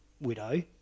widow